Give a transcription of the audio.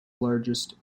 largest